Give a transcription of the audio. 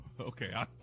Okay